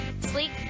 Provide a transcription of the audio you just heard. sleek